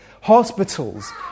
hospitals